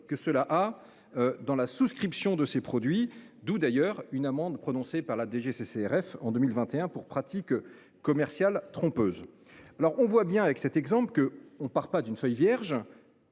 que cela a. Dans la souscription de ces produits, d'où d'ailleurs une amende prononcée par la DGCCRF. En 2021, pour pratiques commerciales trompeuses. Alors on voit bien avec cet exemple que on ne parle pas d'une feuille vierge.